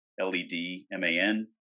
L-E-D-M-A-N